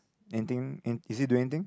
anything any~ is he doing anything